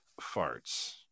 farts